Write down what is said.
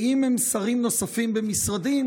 ואם הם שרים נוספים במשרדים,